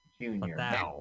Junior